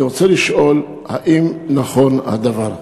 אני רוצה לשאול: האם נכון הדבר?